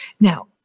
Now